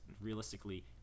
realistically